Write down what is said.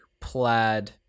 plaid